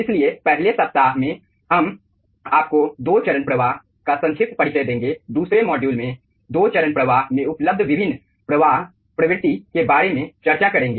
इसलिए पहले सप्ताह में हम आपको दो चरण प्रवाह का संक्षिप्त परिचय देंगे दूसरे मॉड्यूल में दो चरण प्रवाह में उपलब्ध विभिन्न प्रवाह प्रवृत्ति के बारे में चर्चा करेंगे